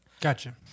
Gotcha